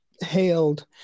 hailed